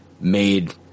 made